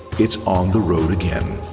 it's on the road again.